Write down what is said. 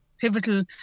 pivotal